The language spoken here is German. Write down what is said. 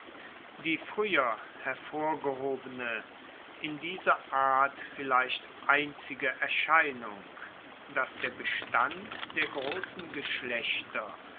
die frueher hervorgehobene in dieser art vielleicht einzige erscheinung dass der bestand der grossen geschlechter